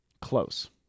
Close